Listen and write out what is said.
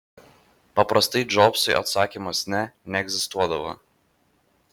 paprastai džobsui atsakymas ne neegzistuodavo